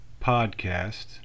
podcast